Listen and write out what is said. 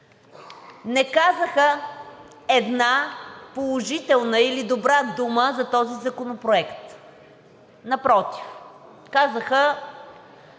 не казаха една положителна или добра дума за този законопроект. Напротив, казаха